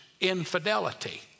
infidelity